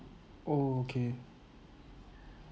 okay